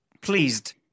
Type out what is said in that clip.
Pleased